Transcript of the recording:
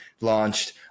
launched